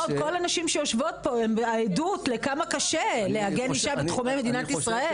כל הנשים שיושבות פה הן העדות שמאוד קשה לעגן אישה בתחומי מדינת ישראל.